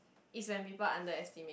is when people underestimate